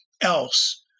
else